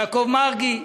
יעקב מרגי,